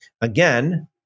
Again